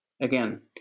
again